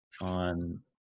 on